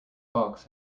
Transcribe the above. fox